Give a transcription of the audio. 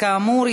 כאמור,